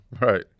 Right